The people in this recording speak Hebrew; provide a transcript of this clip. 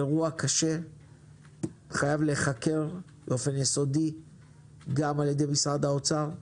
זה אירוע קשה שחייב להיחקר באופן יסודי גם על ידי משרד האוצר,